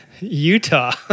Utah